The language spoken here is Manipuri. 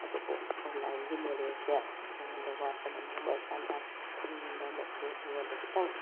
ꯑꯗꯨꯕꯨ ꯑꯣꯟꯂꯥꯏꯟꯒꯤ ꯅꯣꯂꯦꯖꯁꯦ ꯑꯩꯉꯣꯟꯗ ꯋꯥꯠꯄꯅ ꯃꯔꯝ ꯑꯣꯏꯔꯀꯥꯟꯗ ꯈꯪꯅꯤꯡꯕ ꯑꯃꯁꯨ ꯑꯩꯉꯣꯟꯗ ꯈꯤꯇꯪ